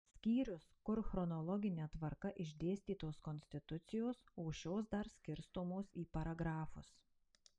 skyrius kur chronologine tvarka išdėstytos konstitucijos o šios dar skirstomos į paragrafus